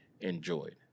enjoyed